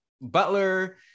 Butler